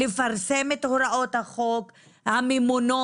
לפרסם את הוראות החוק הממונות,